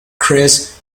chris